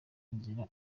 inzira